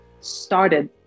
started